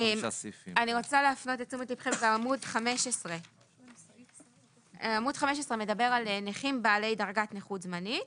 אני רוצה להפנות את תשומת ליבכם לעמוד 15. עמוד 15 מדבר על נכים בעלי דרגת נכות זמנית.